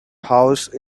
house